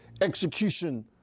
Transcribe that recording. execution